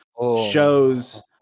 shows